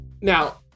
Now